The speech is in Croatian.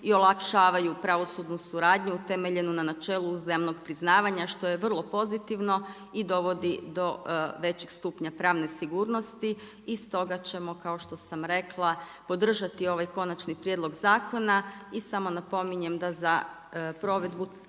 i olakšavaju pravosudnu suradnju utemeljenu na načelu uzajamnog priznavanja, što je vrlo pozitivno i dovodi do većeg stupnja pravne sigurnosti i stoga ćemo kao što sam rekla podržati ovaj konačni prijedlog zakona. I samo napominjem da za provedbu